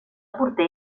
porter